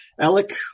alec